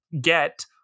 get